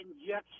injection